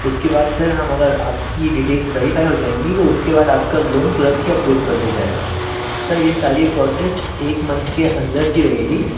उसके बाद सर हम अगर आपकी डिटेल्स वैरीफ़ाई हो जाएँगी तो उसके बाद आपका लोन तुरंत ही अप्रूव कर दिया जाएगा सर यह सारा प्रोसेस एक मंथ के अन्दर का रहेगा